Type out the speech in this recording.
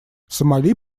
сомали